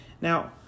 Now